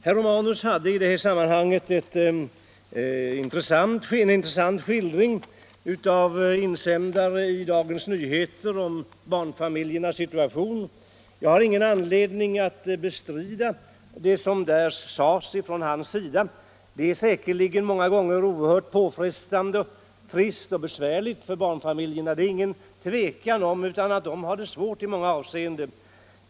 Herr Romanus gav en intressant skildring av insändare i Dagens Nyheter om barnfamiljernas situation. Jag har ingen orsak att bestrida vad herr Romanus sade. Det är säkerligen många gånger oerhört påfrestande, trist och besvärligt för barnfamiljerna. Det råder inget tvivel om att de har det svårt i många avseenden.